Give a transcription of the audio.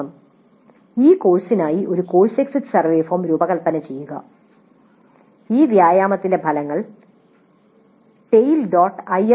അഭ്യാസം നിങ്ങളുടെ കോഴ്സിനായി ഒരു കോഴ്സ് എക്സിറ്റ് സർവേ ഫോം രൂപകൽപ്പന ചെയ്യുക ഈ വ്യായാമത്തിന്റെ ഫലങ്ങൾ tale